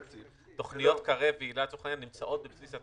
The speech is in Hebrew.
תוכניות היל"ה וקרב נמצאות בבסיס התקציב.